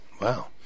Wow